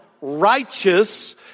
righteous